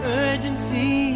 urgency